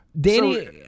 Danny